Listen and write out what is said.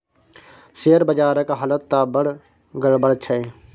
share बजारक हालत त बड़ गड़बड़ छै